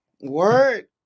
word